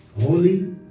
holy